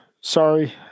Sorry